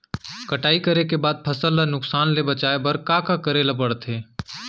कटाई करे के बाद फसल ल नुकसान ले बचाये बर का का करे ल पड़थे?